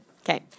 Okay